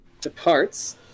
departs